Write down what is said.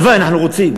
הלוואי, אנחנו רוצים.